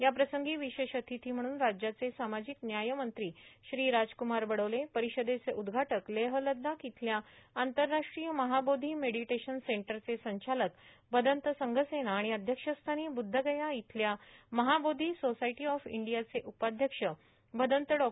याप्रसंगी विशेष अतिथी म्हणून राज्याचे सामाजिक न्याय मंत्री श्री राजकुमार बडोले पर्राषदेचे उद्घाटक लेह लद्दाख इथल्या आंतरराष्ट्रीय महाबोधी मेडीटेशन सटरचे संचालक भदन्त संघसेना आणि अध्यक्षस्थानी वृद्धगया इथल्या महाबोधी सोसायटी ऑफ इंडियाचे उपाध्यक्ष भदन्त डॉ